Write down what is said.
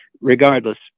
Regardless